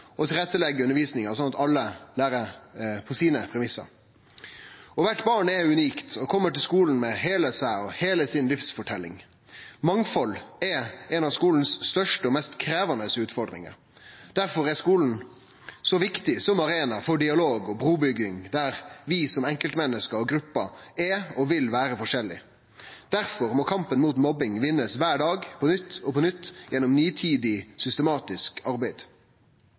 og trygt læringsmiljø for alle og tilretteleggje undervisninga slik at alle lærer på sine premissar. Kvart barn er unikt og kjem til skolen med heile seg og heile livsforteljinga si. Mangfald er ei av skolens største og mest krevjande utfordringar. Difor er skolen så viktig som arena for dialog og brubygging, der vi som enkeltmenneske og grupper er og vil vere forskjellige. Difor må kampen mot mobbing vinnast kvar dag på nytt og på nytt gjennom nitid systematisk arbeid.